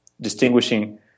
distinguishing